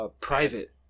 private